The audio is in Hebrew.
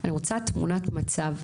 אני רוצה תמונת מצב.